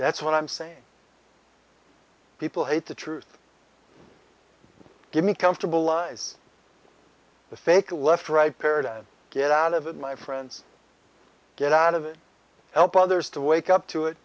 that's what i'm saying people hate the truth get me comfortable lies the fake left right paradigm get out of it my friends get out of it help others to wake up to it